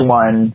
one